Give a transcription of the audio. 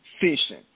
fishing